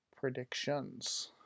predictions